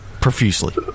profusely